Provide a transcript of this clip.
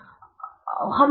ನಾನು ಅದನ್ನು ಓದುತ್ತಿದ್ದೇನೆ